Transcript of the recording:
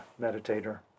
meditator